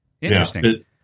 Interesting